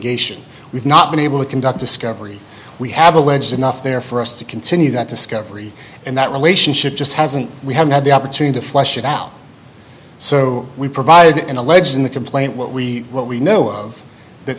litigation we've not been able to conduct discovery we have alleged enough there for us to continue that discovery and that relationship just hasn't we haven't had the opportunity to flesh it out so we provided an alleged in the complaint what we what we know of that